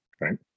right